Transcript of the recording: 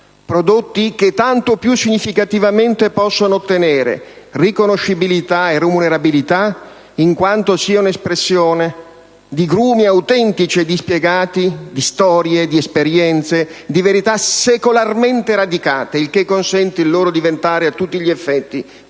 prodotti che tanto più significativamente possono ottenere riconoscibilità e remunerabilità in quanto siano espressione di grumi autentici e dispiegati di storie, di esperienze e di verità secolarmente radicate; il che consente loro di diventare a tutti gli effetti compiutamente